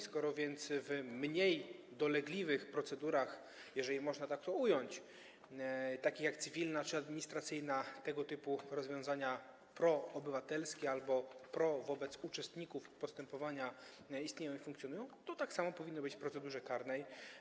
Skoro więc w mniej dolegliwych procedurach, jeżeli można tak to ująć, takich jak cywilna czy administracyjna, tego typu rozwiązania proobywatelskie albo pro wobec uczestników postępowania istnieją i funkcjonują, to tak samo powinno być w procedurze karnej.